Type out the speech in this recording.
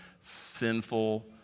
sinful